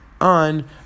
on